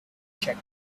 check